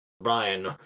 Brian